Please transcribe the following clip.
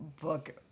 book